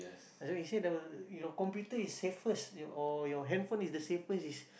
you say the your computer is safest y~ or your handphone is the safest is